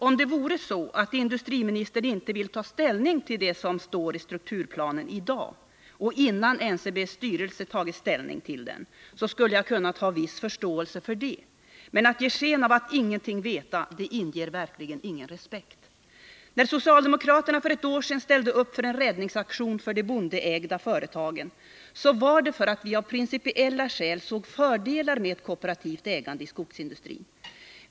Om det vore så, att industriministern inte vill ta ställning till det som står i strukturplanen innan NCB:s styrelse har behandlat den, skulle jag kunna ha viss förståelse för det. Men det inger verkligen inte respekt, när han ger sken av att ingenting veta. När socialdemokraterna för ett år sedan ställde upp i en räddningsaktion för de bondeägda företagen gjorde vi det för att vi av principiella skäl såg fördelar med ett kooperativt ägande inom skogsindustrin.